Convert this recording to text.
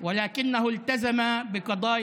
והוא היה מחויב לנושאים